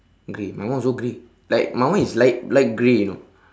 grey my one also grey like my one is light light grey you know